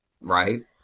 right